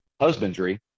Husbandry